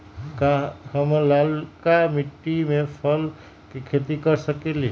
का हम लालका मिट्टी में फल के खेती कर सकेली?